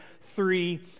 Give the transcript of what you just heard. three